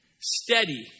steady